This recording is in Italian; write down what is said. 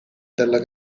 dalla